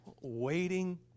waiting